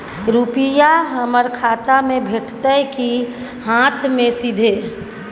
रुपिया हमर खाता में भेटतै कि हाँथ मे सीधे?